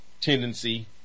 tendency